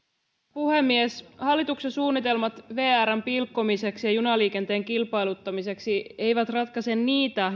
puhemies hallituksen suunnitelmat vrn pilkkomiseksi ja junaliikenteen kilpailuttamiseksi eivät ratkaise niitä